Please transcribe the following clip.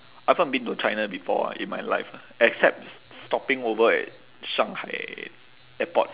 I've not been to china before ah in my life lah except stopping over at shanghai airport